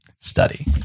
Study